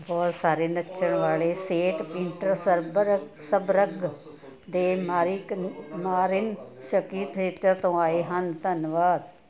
ਬਹੁਤ ਸਾਰੇ ਨੱਚਣ ਵਾਲੇ ਸੇਂਟ ਪੀਟਰਸਬਰਗ ਸਬਰਗ ਦੇ ਮਾਰੇ ਇੱਕ ਮਾਰੇ ਥੀਏਟਰ ਤੋਂ ਆਏ ਹਨ ਧੰਨਵਾਦ